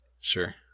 sure